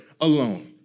alone